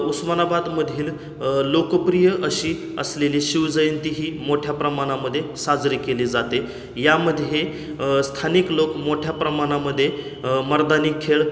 उस्मानाबादमधील लोकप्रिय अशी असलेली शिवजयंती ही मोठ्या प्रमाणामध्ये साजरी केली जाते यामध्ये स्थानिक लोक मोठ्या प्रमाणामध्ये मर्दानी खेळ